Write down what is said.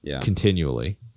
continually